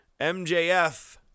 MJF